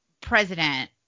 president